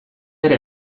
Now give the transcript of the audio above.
ere